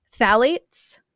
phthalates